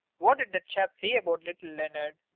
what did that chap say about little leonard?